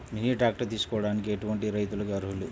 Mini tractor తీసుకోవడానికి ఎటువంటి రైతులకి అర్హులు?